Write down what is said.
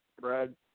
Brad